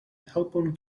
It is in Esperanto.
helpon